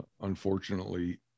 unfortunately